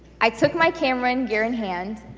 i took my camera and gear in hand,